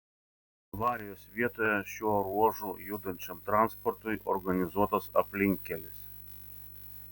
avarijos vietoje šiuo ruožu judančiam transportui organizuotas aplinkkelis